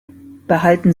behalten